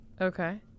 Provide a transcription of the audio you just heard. Okay